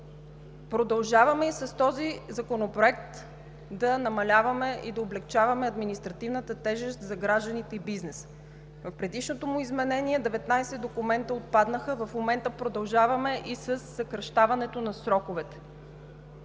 Продължаваме и с този законопроект да намаляваме и да облекчаваме административната тежест за гражданите и бизнеса. В предишното му изменение 19 документа отпаднаха, в момента продължаваме и със съкращаването на сроковете.